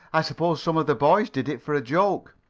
i suppose some of the boys did it for a joke.